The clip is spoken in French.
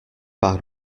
pas